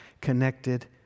connected